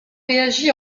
réagi